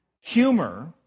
humor